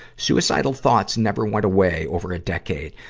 suicidal thoughts never went away over a decade,